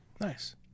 nice